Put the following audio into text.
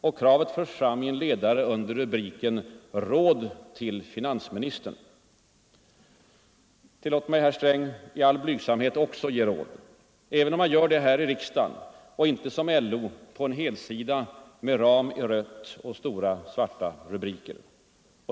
Och kravet förs fram i en ledare under rubriken ”Råd till finansministern”. Tillåt mig, herr Sträng, att i all blygsamhet också ge råd, även om jag gör det här i riksdagen och inte som LO på en helsida med ram i rött och stora svarta rubriker.